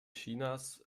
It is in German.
chinas